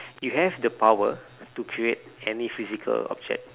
you have the power to create any physical object